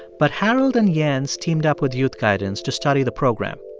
but harold and jens teamed up with youth guidance to study the program.